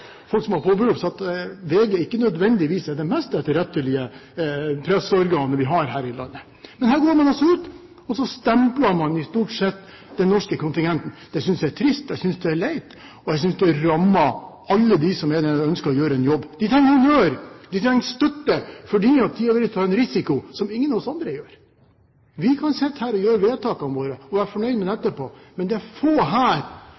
folk som har påberopt seg at VG ikke nødvendigvis er det mest etterrettelige presseorganet vi har her i landet. Men her går man altså ut, og så stempler man stort sett den norske kontingenten. Det synes jeg er trist. Jeg synes det er leit, og jeg synes det rammer alle dem som er der nede, og som ønsker å gjøre en jobb. De trenger honnør. De trenger støtte, fordi de er villig til å ta en risiko som ingen av oss andre gjør. Vi kan sitte her og gjøre vedtakene våre og være fornøyd med det etterpå. Men det er få her